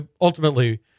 ultimately